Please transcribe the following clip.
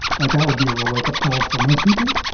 like, that would be a real wakeup call for most people.